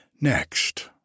Next